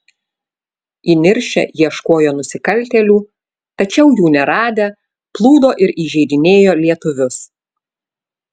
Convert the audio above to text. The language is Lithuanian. įniršę ieškojo nusikaltėlių tačiau jų neradę plūdo ir įžeidinėjo lietuvius